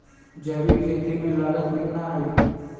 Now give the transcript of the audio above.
जैविक खेती में लागत कितना आई?